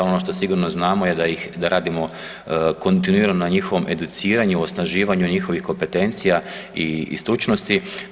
Ono što sigurno znamo da ih, da radimo kontinuirano na njihovom educiranju, osnaživanju njihovih kompetencija i stručnosti.